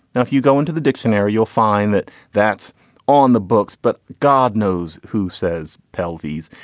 and if you go into the dictionary, you'll find that that's on the books. but god knows who says pelvis.